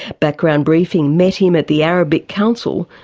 background briefing met him at the arabic council,